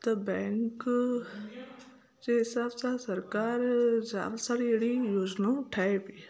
त बैंक जे हिसाब सां सरकारि जाम सारी अहिड़ी योजिनाऊं ठाहे पेई